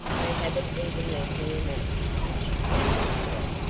they haven't even left me a match, she told herself.